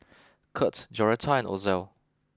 Curt Joretta and Ozell